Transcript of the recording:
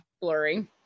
blurry